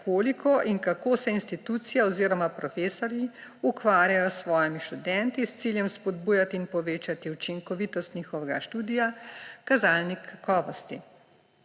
in kako se institucija oziroma profesorji ukvarjajo s svojimi študenti, s ciljem spodbujati in povečati učinkovitost njihovega študija – kazalnik kakovosti.